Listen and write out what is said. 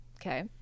Okay